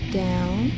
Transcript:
down